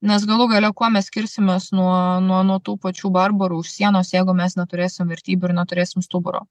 nes galų gale kuo mes skirsimės nuo nuo nuo tų pačių barbarų už sienos jeigu mes neturėsim vertybių ir neturėsim stuburo